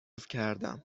کردم